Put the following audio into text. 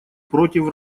против